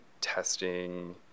testing